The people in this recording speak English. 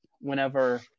whenever